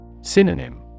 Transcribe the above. Synonym